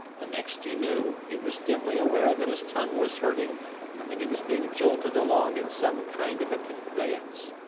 the next he knew, he was dimly aware that his tongue was hurting and that he was being jolted along in some kind of a conveyance.